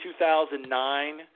2009